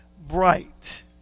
bright